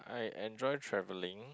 I enjoy travelling